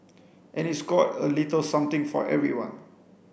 and it's got a little something for everyone